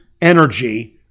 energy